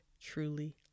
truly